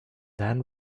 then